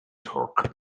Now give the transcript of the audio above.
torque